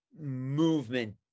movement